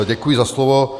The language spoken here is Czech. Děkuji za slovo.